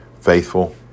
faithful